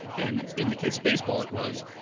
and in the case of baseball it was,